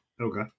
Okay